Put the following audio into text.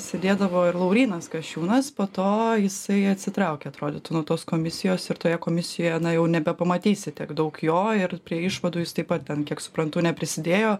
sėdėdavo ir laurynas kasčiūnas po to jisai atsitraukė atrodytų nuo tos komisijos ir toje komisijoje na jau nebepamatysi tiek daug jo ir prie išvadų jis taip pat ten kiek suprantu neprisidėjo